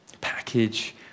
package